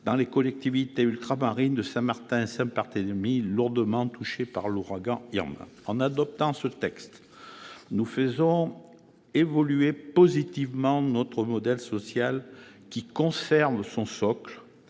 dans les collectivités ultramarines de Saint-Martin et de Saint-Barthélemy, lourdement touchées par l'ouragan Irma. En adoptant ce texte, nous faisons évoluer positivement notre modèle social, qui conserve son socle,